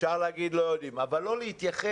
אפשר להגיד לא יודעים אבל לא להתייחס,